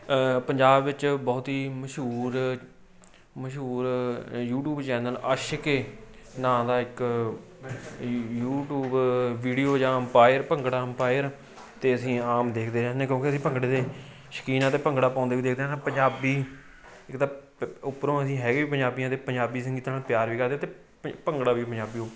ਪੰਜਾਬ ਵਿੱਚ ਬਹੁਤ ਹੀ ਮਸ਼ਹੂਰ ਮਸ਼ਹੂਰ ਯੂਟਿਊਬ ਚੈਨਲ ਅਸ਼ਕੇ ਨਾਂ ਦਾ ਇੱਕ ਯੂਟਿਊਬ ਵੀਡੀਓ ਜਾਂ ਅੰਪਾਇਰ ਭੰਗੜਾ ਅੰਪਾਇਰ ਅਤੇ ਅਸੀਂ ਆਮ ਦੇਖਦੇ ਰਹਿੰਦੇ ਕਿਉਂਕਿ ਅਸੀਂ ਭੰਗੜੇ ਦੇ ਸ਼ੌਕੀਨਾਂ ਹਾਂ ਅਤੇ ਭੰਗੜਾ ਪਾਉਂਦੇ ਵੀ ਦੇਖਦੇ ਹਨ ਪੰਜਾਬੀ ਇੱਕ ਤਾਂ ਉੱਪਰੋਂ ਅਸੀਂ ਹੈਗੇ ਵੀ ਪੰਜਾਬੀ ਹਾਂ ਦੇ ਪੰਜਾਬੀ ਸੰਗੀਤਾਂ ਨਾਲ ਪਿਆਰ ਵੀ ਕਰਦੇ ਅਤੇ ਭੰਗੜਾ ਵੀ ਪੰਜਾਬੀ ਓ